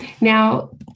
now